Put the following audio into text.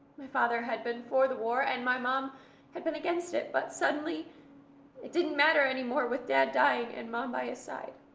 my father had been for the war and my mom had been against it, but suddenly it didn't matter anymore with dad dying and mom by his side.